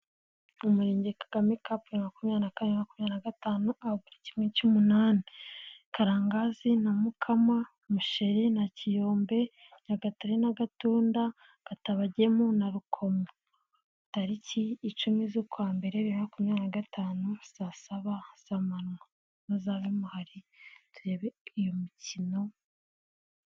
Umurenge Kagame kapu 2024-2025 ari muri kimwe cy'umunani: Karangazi na Mukama, Misheri na Kiyombe, Nyagatare na Gatunda, Katabagemu na Rukomo; taliki 10/01/2025 saa saba z'amanywa. Muzabe muhari turebe iyo mikino...